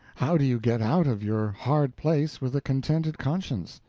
how do you get out of your hard place with a content conscience?